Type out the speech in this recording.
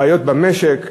בעיות במשק,